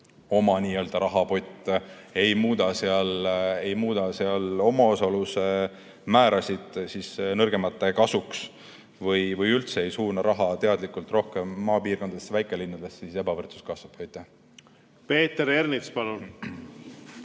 oma n-ö rahapott, ei muuda seal omaosaluse määrasid nõrgemate kasuks või üldse ei suuna raha teadlikult rohkem maapiirkondadesse ja väikelinnadesse, siis ebavõrdsus kasvab. Peeter Ernits, palun!